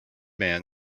man